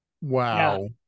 Wow